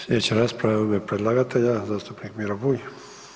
Sljedeća rasprava je u ime predlagatelja zastupnik Miro Bulj.